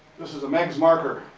this is a meigs marker.